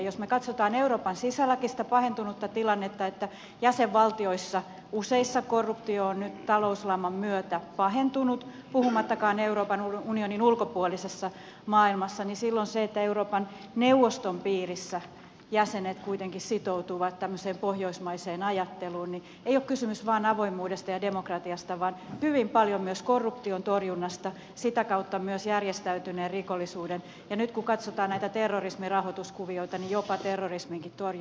jos me katsomme euroopan sisälläkin sitä pahentunutta tilannetta että useissa jäsenvaltioissa korruptio on nyt talouslaman myötä pahentunut puhumattakaan euroopan unionin ulkopuolisessa maailmassa niin silloin siinä että euroopan neuvoston piirissä jäsenet kuitenkin sitoutuvat tämmöiseen pohjoismaiseen ajatteluun ei ole kysymys vain avoimuudesta ja demokratiasta vaan hyvin paljon myös korruption torjunnasta sitä kautta myös järjestäytyneen rikollisuuden ja nyt kun katsotaan näitä terrorismin rahoituskuvioita jopa terrorisminkin torjunnasta